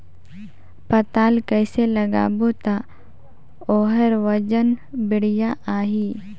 पातल कइसे लगाबो ता ओहार वजन बेडिया आही?